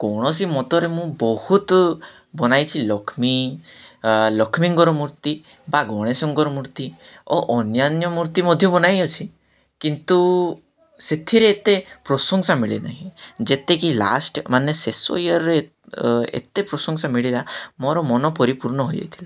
କୌଣସି ମତରେ ମୁଁ ବହୁତ ବନାଇଛି ଲକ୍ଷ୍ମୀ ଲକ୍ଷ୍ମୀଙ୍କର ମୂର୍ତ୍ତି ବା ଗଣେଶଙ୍କର ମୂର୍ତ୍ତି ଓ ଅନ୍ୟାନ୍ୟ ମୂର୍ତ୍ତି ମଧ୍ୟ ବନାଇଅଛି କିନ୍ତୁ ସେଥିରେ ଏତେ ପ୍ରଶଂସା ମିଳେ ନାହିଁ ଯେତେକି ଲାଷ୍ଟ ମାନେ ଶେଷ ଇୟରେ ଏତେ ପ୍ରଶଂସା ମିଳିଲା ମୋର ମନ ପରିପୂର୍ଣ୍ଣ ହୋଇଯାଇଥିଲା